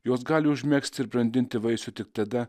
jos gali užmegzti ir brandinti vaisių tik tada